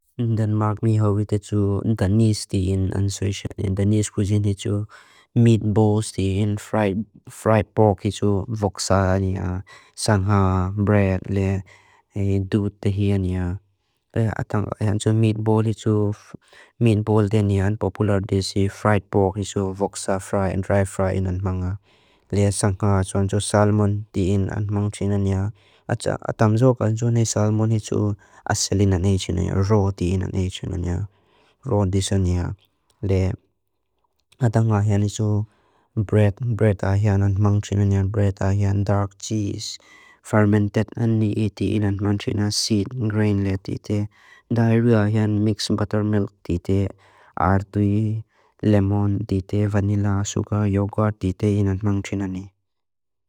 Danmark mi hau viteti danis ti in answeysa. In danis kujini tu, meatballs ti in, fried pork itu, voksa, sangha, bread le, dud tihia niya. Atang atang tu meatball itu, meatball tiniyan popular disi, fried pork itu, voksa, fried and dry fried inan manga. Le sangha atu anju salmon ti in and mang tinanya, atamzo ka anju ni salmon itu aselina ney tinanya, raw tina ney tinanya, raw disa niya. Le atanga ayan isu bread, bread ayan and mang tinanya, bread ayan, dark cheese, fermented ani iti in and mang tina, seed, grain le tite, dairy ayan, mixed buttermilk tite, ardui, lemon tite, vanilla, sugar, yogurt tite in and mang tina ne.